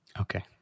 Okay